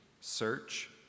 search